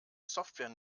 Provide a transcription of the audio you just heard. software